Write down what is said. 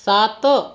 सात